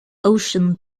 ocean